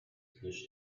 fish